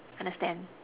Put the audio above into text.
understand